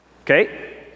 Okay